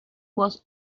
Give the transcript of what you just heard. was